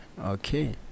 Okay